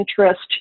interest